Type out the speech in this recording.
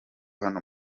hano